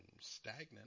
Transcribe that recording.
stagnant